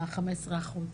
ה-15 אחוז.